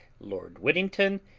lord whittington,